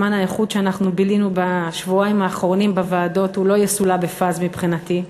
זמן האיכות שבילינו בשבועיים האחרונים בוועדות לא יסולא בפז מבחינתי,